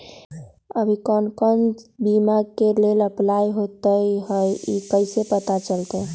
अभी कौन कौन बीमा के लेल अपलाइ होईत हई ई कईसे पता चलतई?